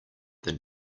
than